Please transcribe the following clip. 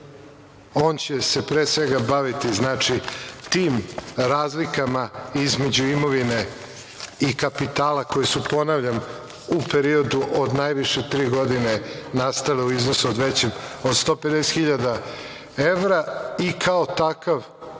on će se pre svega baviti tim razlikama između imovine i kapitala koji su, ponavljam, u periodu od najviše tri godine nastale u iznosu većem od 150.000 evra i kao takav